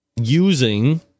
using